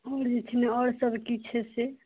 आओर जे छै ने आओर सब कि छै से